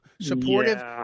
supportive